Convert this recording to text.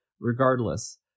Regardless